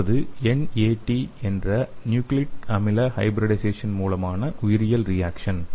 அடுத்தது NAT என்ற nucleic அமில ஹைப்ரிடைஷசன் மூலமான உயிரியல் ரியேக்சன்